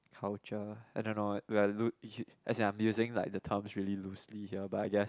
culture I don't know where I loo~ as in I am using like the terms very loosely here but I guess